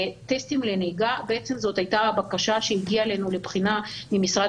טסטים לנהיגה זו הייתה בקשה שהגיעה אלינו לבחינה ממשרד